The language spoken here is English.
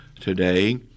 today